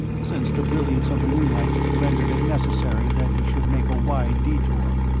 since the brilliance of the moonlight rendered it necessary that he should make a wide detour,